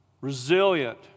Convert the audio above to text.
resilient